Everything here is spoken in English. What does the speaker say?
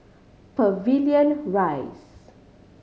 Pavilion Rise